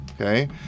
Okay